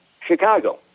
Chicago